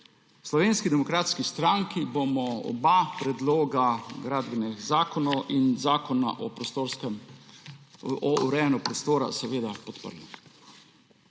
Slovenski demokratski stranki bomo oba predloga, gradbeni zakon in zakon o urejanju prostora, seveda podprli.